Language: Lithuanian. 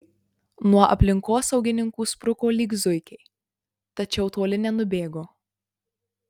nuo aplinkosaugininkų spruko lyg zuikiai tačiau toli nenubėgo